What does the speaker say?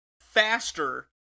faster